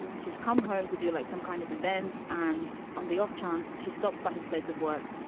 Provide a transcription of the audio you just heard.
she's come home to do like some kind of event and on the off chance, she stops by his place of work.